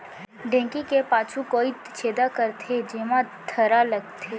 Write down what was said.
ढेंकी के पाछू कोइत छेदा करथे, जेमा थरा लगथे